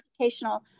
educational